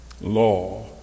law